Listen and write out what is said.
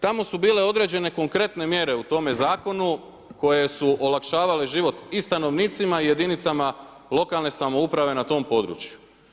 Tamo su bile određene konkretne mjere u tome zakonu koje su olakšavale život i stanovnicima i jedinicama lokalne samouprave na tom području.